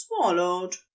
swallowed